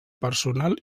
personal